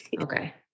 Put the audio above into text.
Okay